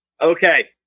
okay